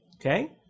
Okay